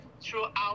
throughout